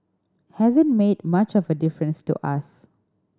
hasn't made much of a difference to us